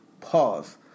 Pause